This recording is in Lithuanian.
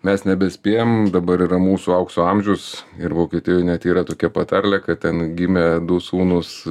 mes nebespėjam dabar yra mūsų aukso amžius ir vokietijoj net yra tokia patarlė kad ten gimė du sūnūs